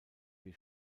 wir